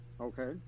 okay